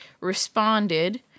responded